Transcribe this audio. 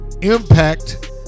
Impact